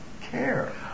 care